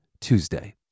Tuesday